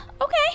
Okay